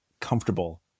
comfortable